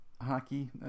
hockey